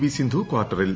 V Sindhu കാർട്ടറിൽ